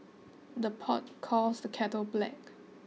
the pot calls the kettle black